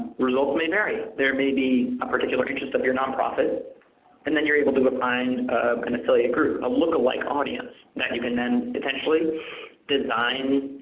results may vary. there may be a particular interest of your nonprofit and then you are able to go find and affiliate group, a look-alike audience that you can then potentially design